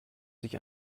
sich